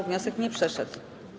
Wniosek nie przeszedł.